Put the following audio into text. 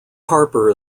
harper